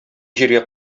җиргә